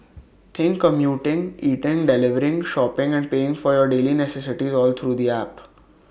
think commuting eating delivering shopping and paying for your daily necessities all through the app